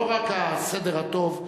לא רק הסדר הטוב,